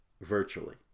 virtually